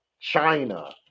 China